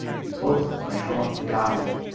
we both are sure to dye